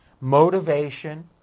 motivation